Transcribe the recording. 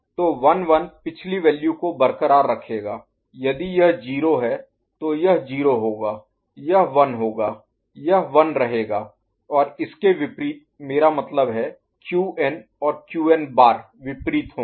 तो 1 1 पिछली वैल्यू को बरकरार रखेगा यदि यह 0 है तो यह 0 होगा यह 1 होगा यह 1 रहेगा और इसके विपरीत मेरा मतलब है Qn और Qn बार विपरीत होंगे